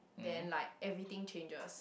then like everything changes